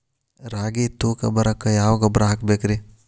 ರಾಗಿ ತೂಕ ಬರಕ್ಕ ಯಾವ ಗೊಬ್ಬರ ಹಾಕಬೇಕ್ರಿ?